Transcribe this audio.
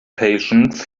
patience